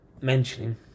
mentioning